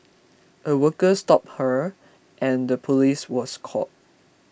a worker stopped her and the police was called